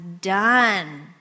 done